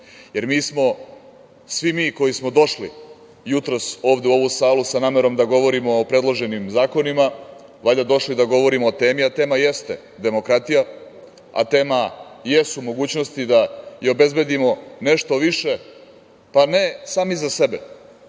jer mi smo svi, mi koji smo došli jutros ovde u ovu salu sa namerom da govorimo o predloženim zakonima, valjda došli da govorimo o temi.A tema jeste demokratija, a tema jesu mogućnosti da i obezbedimo nešto više, pa ne sami za sebe,